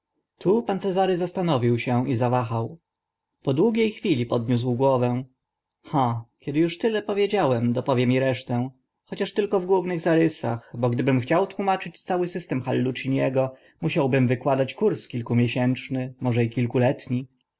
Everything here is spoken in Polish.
tu pan cezary zastanowił się i zawahał po długie chwili podniósł głowę ha kiedy uż tyle powiedziałem dopowiem i resztę chociaż tylko w głównych zarysach bo gdybym chciał tłumaczyć cały system halluciniego musiałbym wykładać kurs kilkomiesięczny może i